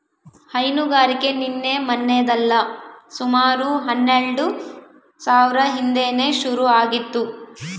ಹೈನುಗಾರಿಕೆ ನಿನ್ನೆ ಮನ್ನೆದಲ್ಲ ಸುಮಾರು ಹನ್ನೆಲ್ಡು ಸಾವ್ರ ಹಿಂದೇನೆ ಶುರು ಆಗಿತ್ತು